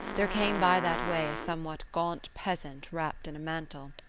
there came by that way a somewhat gaunt peasant wrapped in a mantle.